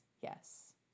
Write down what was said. Yes